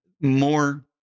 more